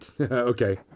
Okay